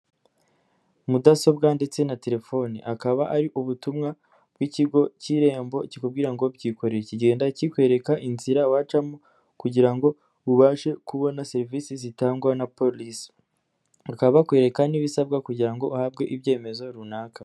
Mudasobwa ndetse na telefoni, akaba ari ubutumwa bw'ikigo cy'irembo kikubwira ngo byikorere, kigenda kikwereka inzira wacamo kugira ngo ubashe kubona serivisi zitangwa na polisi, bakaba bakwereka n'ibisabwa kugira ngo uhabwe ibyemezo runaka.